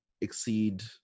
exceed